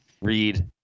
read